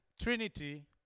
Trinity